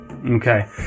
Okay